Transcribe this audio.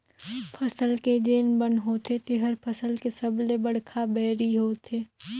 फसल के जेन बन होथे तेहर फसल के सबले बड़खा बैरी होथे